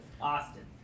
Austin